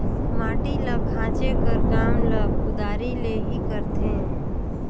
माटी ल खाचे कर काम ल कुदारी ले ही करथे